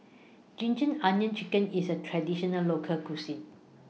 Ginger Onions Chicken IS A Traditional Local Cuisine